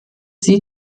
sie